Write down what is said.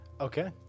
Okay